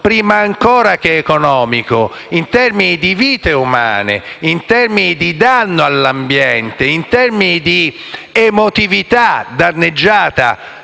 prima ancora che economico, in termini di vite umane, di danni all'ambiente e di emotività danneggiata,